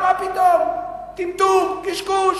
מה פתאום, טמטום, קשקוש,